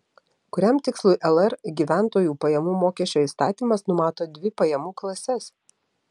kuriam tikslui lr gyventojų pajamų mokesčio įstatymas numato dvi pajamų klases